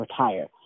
retire